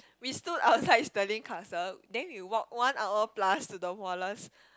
we stood outside Stirling Castle then we walk one hour plus to the Wallace